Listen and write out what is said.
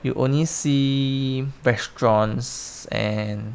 you only see restaurants and